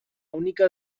única